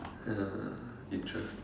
ya interesting